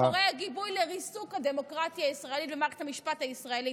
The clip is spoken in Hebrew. מאחורי הגיבוי לריסוק הדמוקרטיה הישראלית ומערכת המשפט הישראלית.